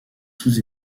sous